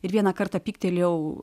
ir vieną kartą pyktelėjau